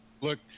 Look